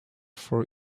for